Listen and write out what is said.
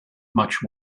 much